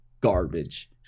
garbage